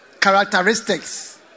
Characteristics